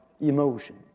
emotion